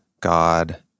God